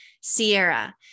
Sierra